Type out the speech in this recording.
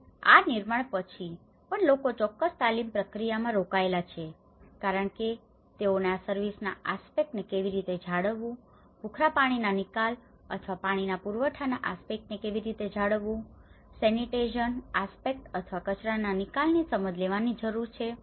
અને આ નિર્માણ પછી પણ લોકો ચોક્કસ તાલીમ પ્રક્રિયામાં રોકાયેલા છે કારણ કે તેઓને આ સર્વિસના આસ્પેક્ટને કેવી રીતે જાળવવું ભૂખરા પાણીના નિકાલ અથવા પાણીના પુરવઠાના આસ્પેકટને કેવી રીતે જાળવવું સેનિટેશન આસ્પેક્ટ અથવા કચરાના નિકાલની સમજ લેવાની જરૂર છે